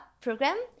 program